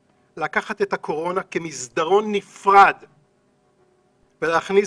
לקחת את הקורונה כמסדרון נפרד ולהכניס